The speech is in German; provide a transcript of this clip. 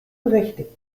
berechtigt